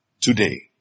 today